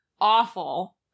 awful